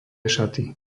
šaty